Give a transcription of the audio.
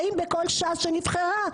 האם בכל ש"ס שנבחרה,